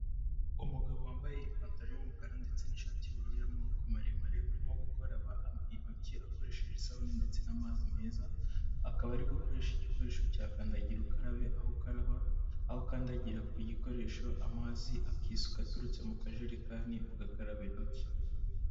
Umugabo wambaye ipantaro y’umukara ndetse n’ishati y’ubururu y’amaboko maremare, urimo gukaraba intoki akoresheje isabune ndetse n’amazi meza, akaba ari gukoresha igikoresho cya kandagira ukarabe, aho ukandagira ku gikoresho amazi akisuka aturutse mu kajerekani, ugakaraba intoki.